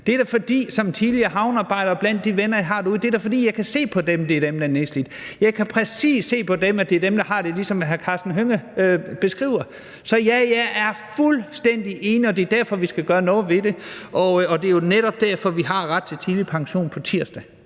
Det er da, fordi jeg som tidligere havnearbejder kan se på de venner, jeg har derude, at det er dem, der er nedslidte. Jeg kan præcis se på dem, at det er dem, der har det, ligesom hr. Karsten Hønge beskriver. Så, ja, jeg er fuldstændig enig. Det er derfor, vi skal gøre noget ved det, og det er jo netop derfor, vi vedtager ret til tidlig pension på tirsdag.